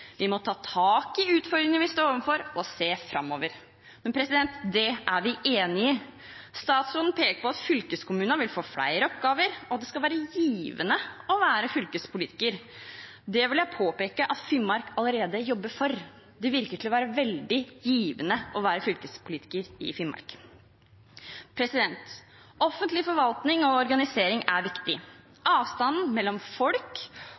Vi må ta tak i utfordringene vi står overfor og se framover. Det er vi enig i. Statsråden peker på at fylkeskommunene vil få flere oppgaver, og at det skal være givende å være fylkespolitiker. Det vil jeg påpeke at Finnmark allerede jobber for. Det virker å være veldig givende å være fylkespolitiker i Finnmark. Offentlig forvaltning og organisering er viktig. Avstanden mellom folk,